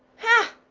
ha!